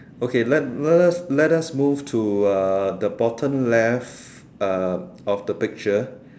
okay let let let us let us move to uh the bottom left uh of the picture